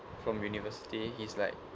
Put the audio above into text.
from university he's like